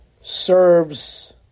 serves